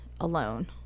alone